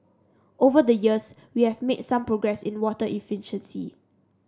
over the years we have made some progress in water efficiency